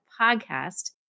podcast